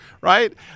right